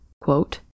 quote